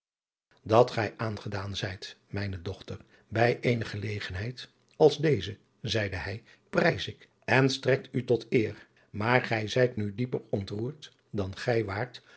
dat gij aangedaan zijt mijne dochter bij eene gelegenheid als deze zeide hij prijs ik en strekt u tot eer maar gij zijt nu dieper ontroerd dan gij waart